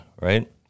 right